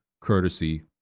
courtesy